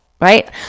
Right